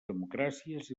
democràcies